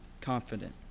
confident